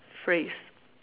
phrase